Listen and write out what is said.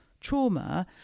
trauma